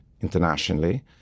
internationally